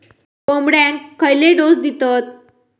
कोंबड्यांक खयले डोस दितत?